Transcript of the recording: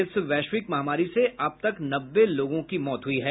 इस वैश्विक महामारी से अब तक नब्बे लोगों की मौत हो चुकी है